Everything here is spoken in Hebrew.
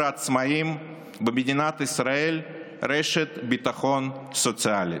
העצמאים במדינת ישראל רשת ביטחון סוציאלי.